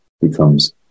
becomes